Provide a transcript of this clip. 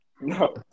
No